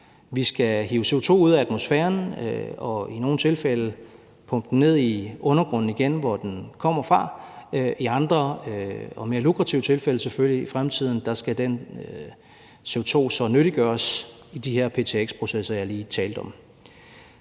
Vi skal hive CO2 ud af atmosfæren og i nogle tilfælde igen pumpe den ned i undergrunden, hvor den kommer fra, og i andre og mere lukrative tilfælde skal den CO2 så selvfølgelig i fremtiden nyttiggøres i de her ptx-processer, jeg lige har talt om.